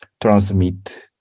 transmit